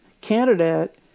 candidate